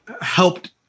helped